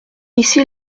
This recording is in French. ici